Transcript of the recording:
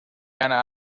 ana